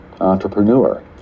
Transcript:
Entrepreneur